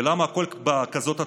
ולמה הכול בכזאת התקלה,